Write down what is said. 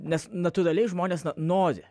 nes natūraliai žmonės na nori